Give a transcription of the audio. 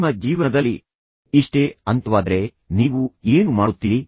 ನಿಮ್ಮ ಜೀವನದಲ್ಲಿ ಇಷ್ಟೇ ಅಂತ್ಯವಾದರೆ ನೀವು ಏನು ಮಾಡುತ್ತೀರಿ